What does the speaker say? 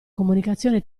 comunicazione